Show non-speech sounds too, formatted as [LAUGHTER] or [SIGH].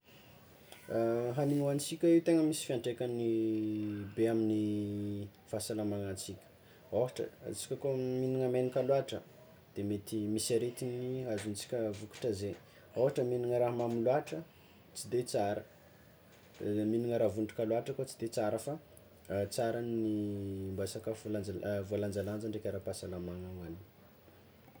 [HESITATION] Hagnigny hoanitsika io tegna misy fiatraikagny be amin'ny fahasalamagnatsika, ôhatra atsika koa mihignagna megnaka loatra de misy aretigny azontsika vokatra zegny, ôhatra mihignagna raha mamy loàtra tsy de tsara, mihignagnaz vondraka loàtra koa tsy de tsara, fa tsara ny [HESITATION] mba sakafo lanja- ah voalanjalanja ndraiky ara-pahasalamagna hoagnina.